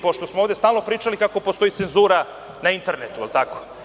Pošto smo ovde stalno pričali kako postoji cenzura na internetu, jel tako?